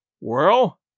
Well